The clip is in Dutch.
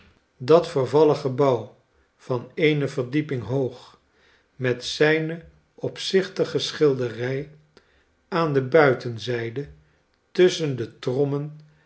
dat vervallen gebouw van eene verdieping hoog met zijne opzichtige schilderij aan de buitenzijde tusschen de trommen